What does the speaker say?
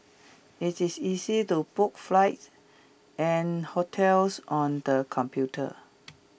IT is easy to book flights and hotels on the computer